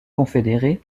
confédérée